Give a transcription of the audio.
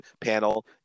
panel